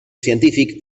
científic